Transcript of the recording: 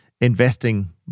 investing